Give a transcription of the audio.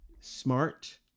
smart